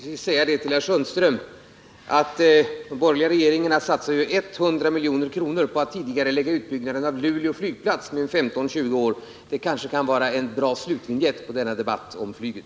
Herr talman! Jag vill avslutningsvis säga till herr Sundström att de borgerliga regeringarna satsar 100 milj.kr. på att med 15-20 år tidigarelägga utbyggnaden av Luleå flygplats. Det kanske kan vara en bra slutvinjett på denna debatt om flyget.